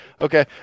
Okay